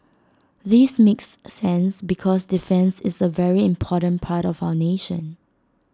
this makes sense because defence is A very important part of our nation